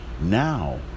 now